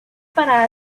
para